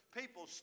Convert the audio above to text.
people